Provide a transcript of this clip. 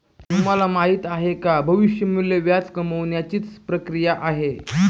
तुम्हाला माहिती आहे का? भविष्य मूल्य व्याज कमावण्याची ची प्रक्रिया आहे